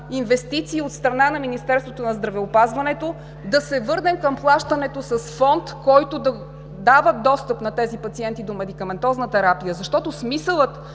инвестиции от страна на Министерството на здравеопазването, да се върнем към плащането с Фонд, който да дава достъп на тези пациенти до медикаментозна терапия. Защото смисълът